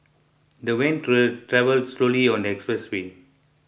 the van travelled slowly on the expressway